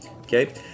okay